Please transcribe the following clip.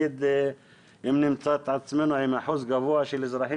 אם נמצא את עצמנו עם שיעור גבוה של אזרחים